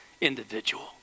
individual